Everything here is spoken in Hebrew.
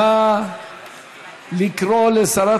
נא לקרוא לשרת